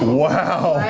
wow,